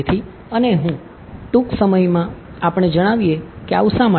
તેથી અને હું ટૂંક સમયમાં જ એ જણાવીશ કે આવું શા માટે